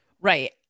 Right